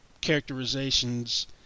characterizations